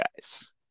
guys